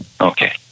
Okay